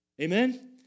Amen